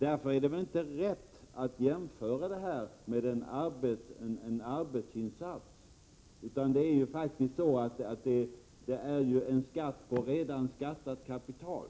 Därför är det väl inte rätt att jämföra detta med en arbetsinsats. I stället är det faktiskt fråga om en skatt på redan skattat kapital.